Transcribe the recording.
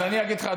אז אני אגיד לך,